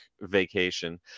vacation